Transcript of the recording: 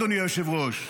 אדוני היושב-ראש.